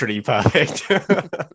perfect